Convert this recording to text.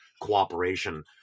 cooperation